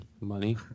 Money